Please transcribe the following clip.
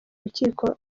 urukiko